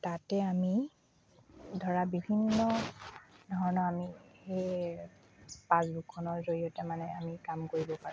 তাতে আমি ধৰা বিভিন্ন ধৰণৰ আমি সেই পাচবুকখনৰ জৰিয়তে মানে আমি কাম কৰিব পাৰোঁ